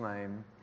name